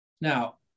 Now